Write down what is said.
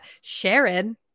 Sharon